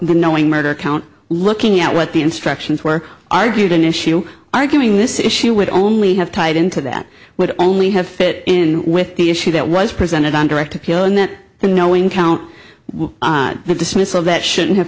knowing murder count looking at what the instructions were argued an issue arguing this issue would only have tied into that would only have fit in with the issue that was presented on direct appeal and then in knowing count the dismissal that shouldn't have